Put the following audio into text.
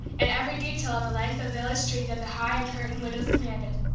and every detail of the length of village street that the high, uncurtained windows commanded.